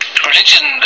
Religion